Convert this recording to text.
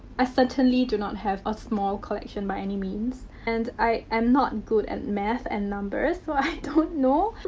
i certainly do not have a small collection by any means. and, i am not good at math and numbers. so, i don't know.